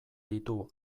ditu